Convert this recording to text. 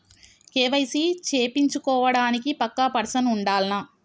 KYC చేపిచ్చుకోవడానికి పక్కా person ఉండాల్నా?